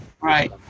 Right